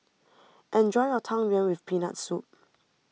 enjoy your Tang Yuen with Peanut Soup